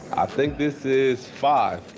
i think this is five.